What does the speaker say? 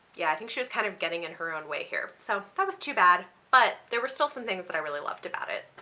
yeah i think she was kind of getting in her own way here so that was too bad, but there were still some things that i really loved about it.